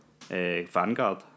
Vanguard